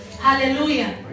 Hallelujah